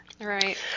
Right